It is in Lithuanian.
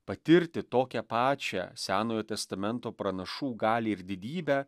patirti tokią pačią senojo testamento pranašų galią ir didybę